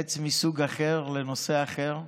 עץ מסוג אחר לנושא אחר.